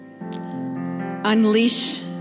unleash